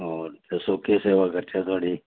होर दस्सो केह् सेवा करचै थुआढ़ी